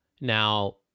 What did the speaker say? now